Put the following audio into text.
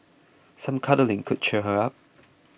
some cuddling could cheer her up